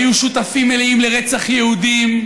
היו שותפים מלאים לרצח יהודים,